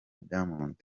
diamond